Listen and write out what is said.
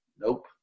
Nope